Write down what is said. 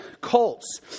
cults